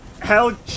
Hell